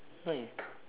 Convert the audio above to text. why